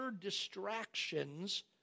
distractions